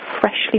freshly